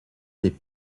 des